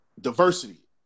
diversity